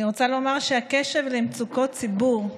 אני רוצה לומר שהקשב למצוקות הציבור,